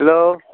hello